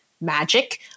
magic